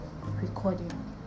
recording